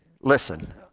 listen